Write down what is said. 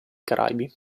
caraibi